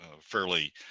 fairly